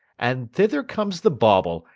and thither comes the bauble,